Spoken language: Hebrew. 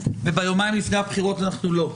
וביומיים לפני הבחירות, אנחנו לא.